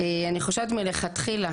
אני חושבת מלכתחילה